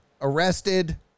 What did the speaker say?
arrested